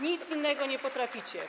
Nic innego nie potraficie.